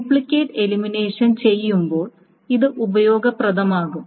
duplicate elimination ചെയ്യുമ്പോൾ ഇത് ഉപയോഗപ്രദമാകും